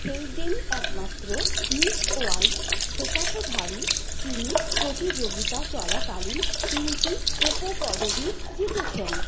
Hayden একমাত্র Miss World খেতাবধারী যিনি প্রতিযোগিতা চলাকালীন তিনটি উপ পদবি জিতেছেন